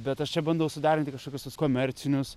bet aš čia bandau suderinti kažkokius tuos komercinius